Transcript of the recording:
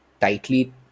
tightly